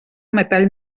metall